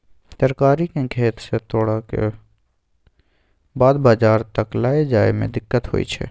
तरकारी केँ खेत सँ तोड़लाक बाद बजार तक लए जाए में दिक्कत होइ छै